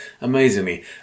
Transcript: Amazingly